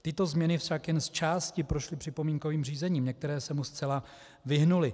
Tyto změny však jen zčásti prošly připomínkovým řízením, některé se mu zcela vyhnuly.